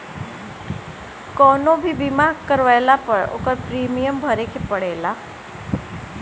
कवनो भी बीमा करवला पअ ओकर प्रीमियम भरे के पड़ेला